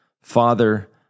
Father